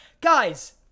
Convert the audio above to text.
Guys